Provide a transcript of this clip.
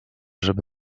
żeby